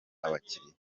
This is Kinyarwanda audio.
abakiliya